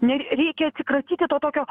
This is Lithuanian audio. ne reikia atsikratyti to tokio